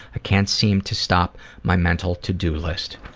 can't seem to stop my mental to do list.